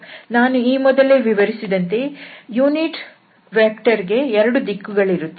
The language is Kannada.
ನಾನು ಈ ಮೊದಲೇ ವಿವರಿಸಿದಂತೆ ಏಕಾಂಶ ಸದಿಶ ಕ್ಕೆ 2 ದಿಕ್ಕುಗಳಿರುತ್ತವೆ